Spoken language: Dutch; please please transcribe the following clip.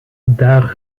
daar